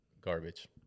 garbage